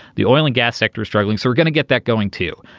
the oil and gas sector are struggling so we're gonna get that going too.